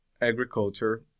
agriculture